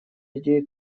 идеи